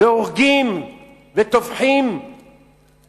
והורגים וטובחים